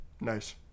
Nice